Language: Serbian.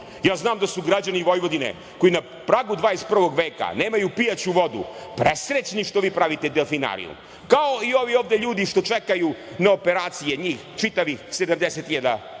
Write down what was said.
vodi. Znam da su građani Vojvodine, koji na pragu 21. veka nemaju pijaću vodu, presrećni što vi pravite delfinarijum, kao i ovi ovde ljudi što čekaju na operacije, njih čitavih 70 hiljada